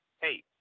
Hey